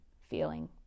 feeling